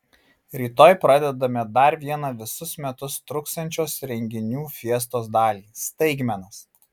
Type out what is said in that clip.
rytoj pradedame dar vieną visus metus truksiančios renginių fiestos dalį staigmenas